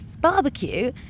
barbecue